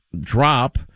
drop